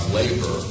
labor